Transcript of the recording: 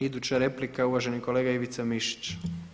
Iduća replika je uvaženi kolega Ivica Mišić.